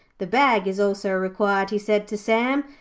the bag is also required he said to sam,